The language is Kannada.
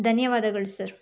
ಧನ್ಯವಾದಗಳು ಸರ್